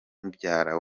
mubyara